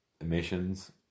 emissions